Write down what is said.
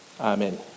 Amen